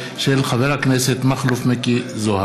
2018, של חבר הכנסת מכלוף מיקי זוהר.